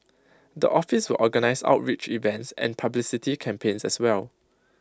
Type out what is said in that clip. the office will organise outreach events and publicity campaigns as well